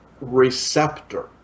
receptor